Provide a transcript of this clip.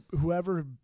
whoever